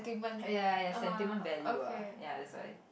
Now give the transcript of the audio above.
ya ya ya sentiment value ah ya that's why